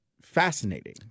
fascinating